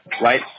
Right